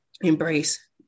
embrace